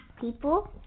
People